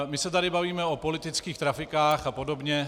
My se tady bavíme o politických trafikách a podobně.